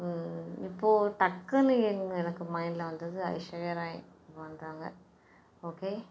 இப்போது டக்குன்னு எங்க எனக்கு மைண்ட்டில் வந்தது ஐஸ்வர்யா ராய் வந்தாங்க ஓகே